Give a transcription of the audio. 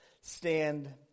stand